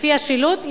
לפי השילוט,